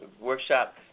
workshop